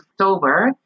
October